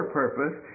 purpose